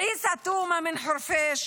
עיסא תומא מחורפיש,